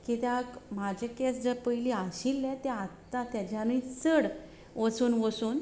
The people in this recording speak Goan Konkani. कित्याक म्हजे केंस जे पयली आशिल्ले ते आतां ताज्यानूय चड वचून वचून